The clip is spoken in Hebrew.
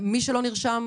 אני מציעה